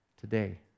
today